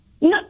No